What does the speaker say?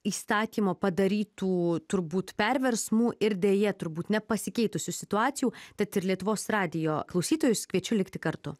įstatymo padarytų turbūt perversmų ir deja turbūt nepasikeitusių situacijų tad ir lietuvos radijo klausytojus kviečiu likti kartu